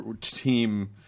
team